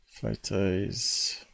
Photos